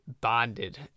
bonded